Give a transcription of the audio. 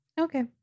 Okay